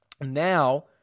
Now